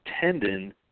tendon